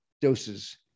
doses